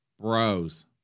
Bros